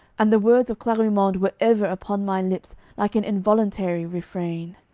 and the words of clarimonde were ever upon my lips like an involuntary refrain.